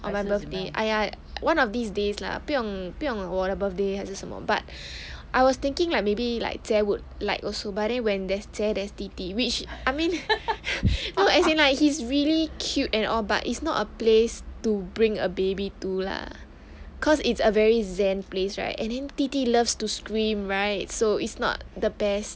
on my birthday !aiya! one of these days lah 不用不用我的 birthday 还是什么 but I was thinking like maybe like 姐 would like also but then when there's 姐 there's 弟弟 which I mean oh as in like he's really cute and all but it's not a place to bring a baby to lah cause it's a very zen place right and 弟弟 loves to scream right so it's not the best